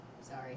Sorry